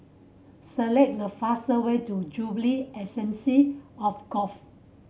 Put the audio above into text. select the fast way to Jubilee Assembly of